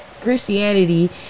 christianity